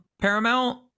Paramount